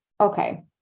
Okay